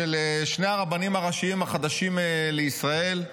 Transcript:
של שני הרבנים הראשיים החדשים לישראל,